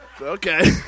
Okay